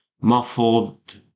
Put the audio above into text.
muffled